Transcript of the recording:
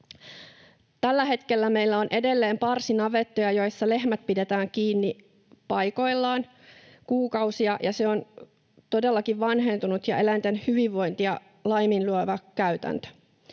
Tällä hetkellä meillä on edelleen parsinavettoja, joissa lehmät pidetään kiinni paikoillaan kuukausia, ja se on todellakin vanhentunut ja eläinten hyvinvointia laiminlyövä käytäntö.